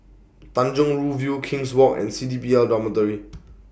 Tanjong Rhu View King's Walk and C D P L Dormitory